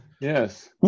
Yes